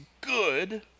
good